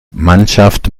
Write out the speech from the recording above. mannschaft